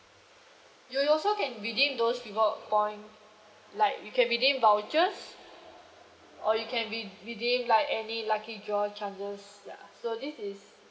you also can redeem those reward point like you can redeem vouchers or you can re~ redeem like any lucky draw chances ya so this is